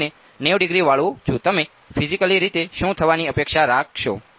હવે તમે ફીજીકલી રીતે શું થવાની અપેક્ષા રાખશો